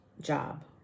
job